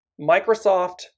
Microsoft